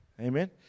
Amen